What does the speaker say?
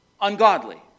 ungodly